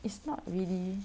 it's not really